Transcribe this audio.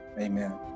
amen